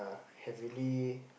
have really